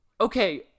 okay